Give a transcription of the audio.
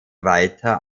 weiter